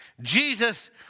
Jesus